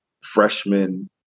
freshman